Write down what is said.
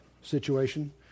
situation